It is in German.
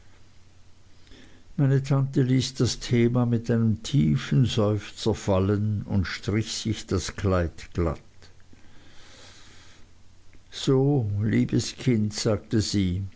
meine tante ließ das thema mit einem tiefen seufzer fallen und strich sich das kleid glatt so liebes kind sagte sie